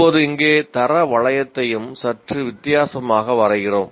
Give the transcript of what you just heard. இப்போது இங்கே தர வளையத்தையும் சற்று வித்தியாசமாக வரைகிறோம்